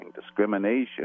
discrimination